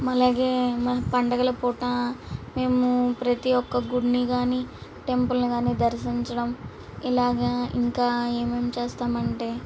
అలాగే మా పండుగల పూట మేము ప్రతి ఒక్క గుడిని కాని టెంపుల్ని కాని దర్శించడం ఇలాగా ఇంకా ఏమేం చేస్తామంటే